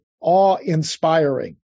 awe-inspiring